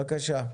בבקשה.